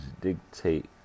dictate